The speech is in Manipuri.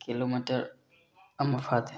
ꯀꯤꯂꯣꯃꯤꯇꯔ ꯑꯃ ꯐꯥꯗꯦ